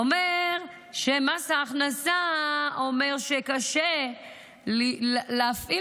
הוא אומר שמס הכנסה אומר שקשה להפעיל